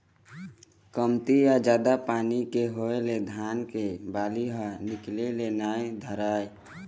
कमती या जादा पानी के होए ले धान के बाली ह निकले ल नइ धरय